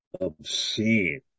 obscene